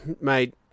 mate